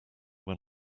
when